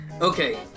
Okay